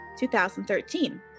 2013